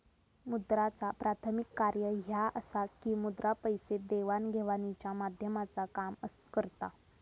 मुद्राचा प्राथमिक कार्य ह्या असा की मुद्रा पैसे देवाण घेवाणीच्या माध्यमाचा काम करता